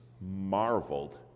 marveled